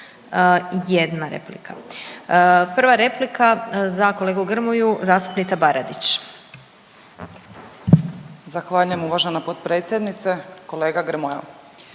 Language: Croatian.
jedna replika. Prva replika za kolegu Grmoju zastupnica Baradić. **Baradić, Nikolina (HDZ)** Zahvaljujem uvažena potpredsjednice. Kolega Grmoja